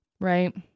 Right